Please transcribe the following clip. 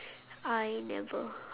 I never